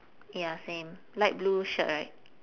ya same light blue shirt right